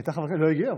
אבל היא לא הגיעה.